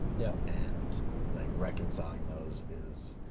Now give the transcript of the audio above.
yeah and like reconciling those is,